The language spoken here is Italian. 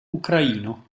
ucraino